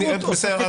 בסדר.